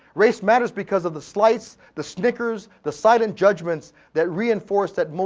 race matters because of the slights, the snickers, the silent judgments that reinforce that mo,